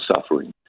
suffering